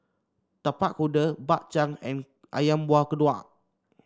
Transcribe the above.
Tapak Kuda Bak Chang and ayam Buah Keluak